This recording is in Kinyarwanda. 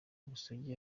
ubusugi